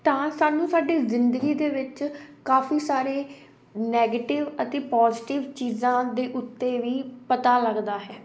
ਤਾਂ ਸਾਨੂੰ ਸਾਡੀ ਜ਼ਿੰਦਗੀ ਦੇ ਵਿੱਚ ਕਾਫੀ ਸਾਰੇ ਨੈਗੇਟਿਵ ਅਤੇ ਪੋਜੀਟਿਵ ਚੀਜ਼ਾਂ ਦੇ ਉੱਤੇ ਵੀ ਪਤਾ ਲੱਗਦਾ ਹੈ